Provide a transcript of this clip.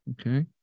okay